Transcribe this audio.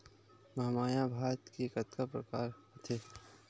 महमाया भात के कतका प्रकार होथे?